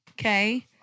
Okay